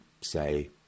say